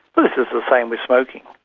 but this is the same with smoking.